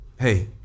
hey